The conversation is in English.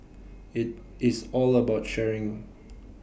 IT is all about sharing